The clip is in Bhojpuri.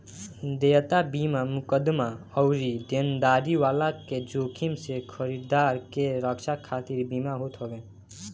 देयता बीमा मुकदमा अउरी देनदारी वाला के जोखिम से खरीदार के रक्षा खातिर बीमा होत हवे